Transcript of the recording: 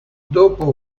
dopo